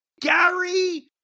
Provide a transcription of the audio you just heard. Gary